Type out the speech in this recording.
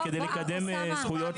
כדי לקדם זכויות.